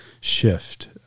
shift